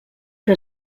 que